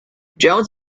jones